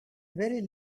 very